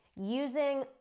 using